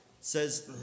says